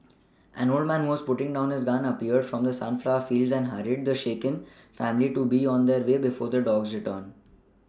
an old man was putting down his gun appeared from the sunflower fields and hurried the shaken family to be on their way before the dogs return